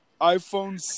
iPhone